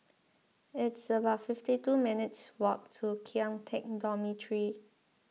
it's about fifty two minutes' walk to Kian Teck Dormitory